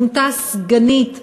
מונתה סגנית חדשה,